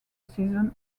season